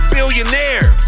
Billionaire